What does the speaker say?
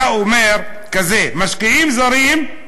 אתה אומר כך: משקיעים זרים,